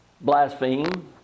blaspheme